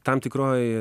tam tikroj